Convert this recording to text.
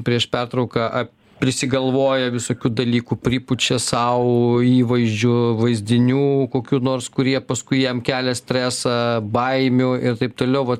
prieš pertrauką prisigalvoja visokių dalykų pripučia sau įvaizdžių vaizdinių kokių nors kurie paskui jam kelia stresą baimių ir taip toliau vat